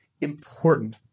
important